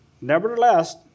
Nevertheless